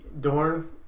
Dorn